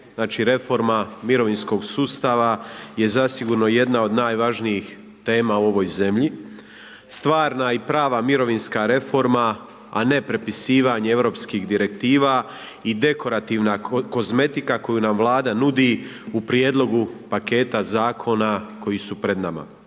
reforma mirovinskog sustava je zasigurno jedna od najvažnijih tema u ovoj zemlji. Stvarna i prava mirovinska reforma, a ne prepisivanje europskih direktiva i dekorativna kozmetika koju nam Vlada nudi u prijedlogu paketa zakona koji su pred nama.